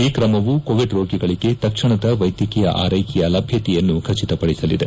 ಈ ಕ್ರಮವು ಕೋವಿಡ್ ರೋಗಿಗಳಿಗೆ ತಕ್ಷಣದ ವೈದ್ಯಕೀಯ ಆರೈಕೆಯ ಲಭ್ಯತೆಯನ್ನು ಖಚಿತಪಡಿಸಲಿದೆ